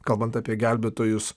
kalbant apie gelbėtojus